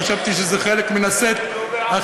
חשבתי שזה חלק מן הסט החברתי,